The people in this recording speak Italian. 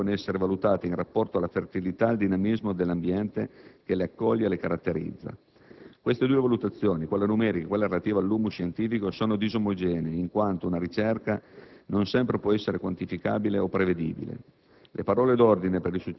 e che queste potenzialità devono essere valutate in rapporto alla fertilità ed al dinamismo dell'ambiente che le accoglie e che le caratterizza. Queste due valutazioni, quella numerica e quella relativa all'*humus* scientifico, sono disomogenee, in quanto una ricerca non sempre può essere quantificabile o prevedibile.